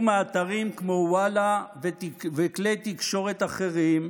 מאתרים כמו וואלה וכלי תקשורת אחרים,